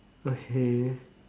okay